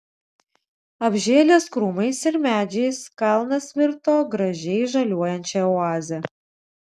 apžėlęs krūmais ir medžiais kalnas virto gražiai žaliuojančia oaze